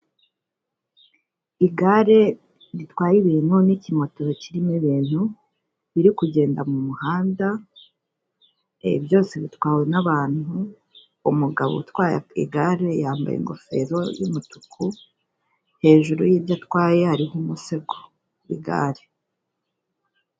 Igare ritwaye ibintu n'ikimoto kirimo ibintu biri kugenda mu muhanda, byose bitwawe n'abantu, umugabo utwaye igare yambaye ingofero y'umutuku, hejuru y'ibyo atwaye hariho umusego w'igare.